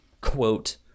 quote